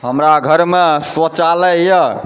हमरा घरमे शौचालय यऽ